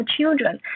children